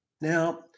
Now